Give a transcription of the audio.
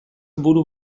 buru